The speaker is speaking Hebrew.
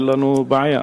אין לנו בעיה.